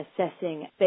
assessing